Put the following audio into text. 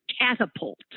catapult